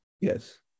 Yes